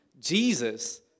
Jesus